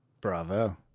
Bravo